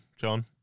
John